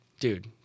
Dude